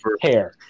hair